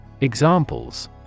Examples